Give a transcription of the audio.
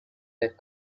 that